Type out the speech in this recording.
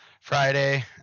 friday